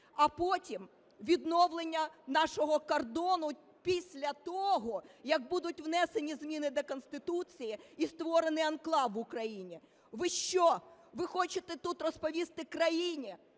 а потім відновлення нашого кордону після того, як будуть внесені зміни до Конституції і створений анклав в Україні. Ви що, ви хочете тут розповісти країні,